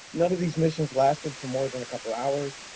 none of these missions lasted for more than a couple hours.